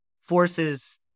forces